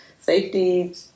Safety